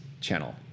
channel